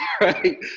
right